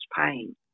pain